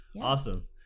Awesome